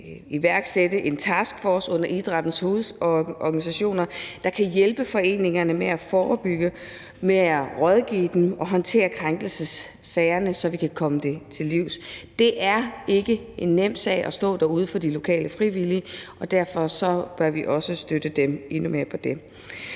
iværksætte en taskforce under idrættens hovedorganisationer, der kan hjælpe foreningerne med at forebygge, med at rådgive dem og håndtere krænkelsessagerne, så vi kan komme det til livs. Det er ikke en nem sag at stå derude for de lokale frivillige, og derfor bør vi også støtte dem endnu mere med det.